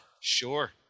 Sure